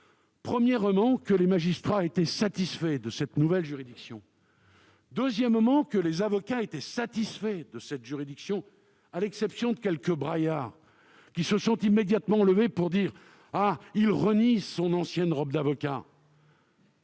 Premièrement, que les magistrats étaient satisfaits de cette nouvelle juridiction. Deuxièmement, que les avocats étaient satisfaits de cette juridiction- à l'exception de quelques braillards qui se sont immédiatement levés pour dire que je reniais mon ancienne robe d'avocat.